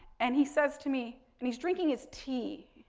and he says to me and he's drinking his tea,